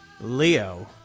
Leo